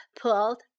pulled